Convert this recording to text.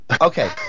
Okay